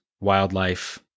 wildlife